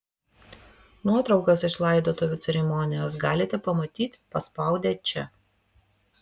nuotraukas iš laidotuvių ceremonijos galite pamatyti paspaudę čia